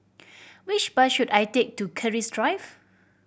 which bus should I take to Keris Drive